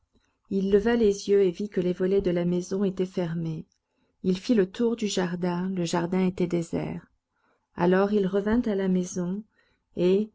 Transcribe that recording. il leva les yeux et vit que les volets de la maison étaient fermés il fit le tour du jardin le jardin était désert alors il revint à la maison et